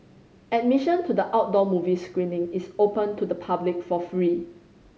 admission to the outdoor movie screening is open to the public for free